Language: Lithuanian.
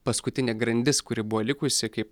paskutinė grandis kuri buvo likusi kaip